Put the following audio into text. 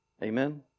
Amen